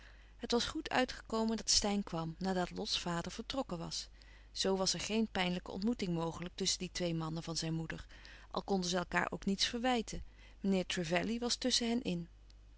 het was goed uitgekomen dat steyn kwam nadat lots vader vertrokken was zoo was er geen pijnlijke ontmoeting mogelijk tusschen die twee mannen van zijn moeder al konden zij elkaâr ook niets verwijten meneer trevelley was tusschen hen